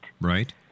Right